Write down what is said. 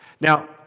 Now